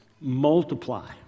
multiply